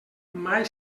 mai